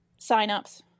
signups